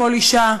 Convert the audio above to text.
כל אישה,